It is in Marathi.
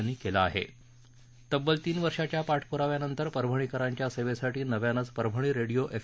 यांनी केलं आहे तब्बल तीन वर्षाच्या पाठपुराव्यानंतर परभणीकरांच्या सेवेसाठी नव्यानेच परभणी रेडिओ एफ